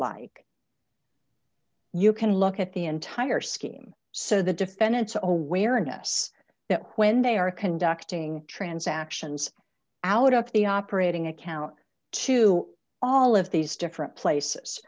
like you can look at the entire scheme so the defendants are aware and us that when they are conducting transactions out of the operating account to all of these different places